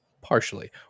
partially